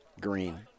Green